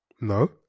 no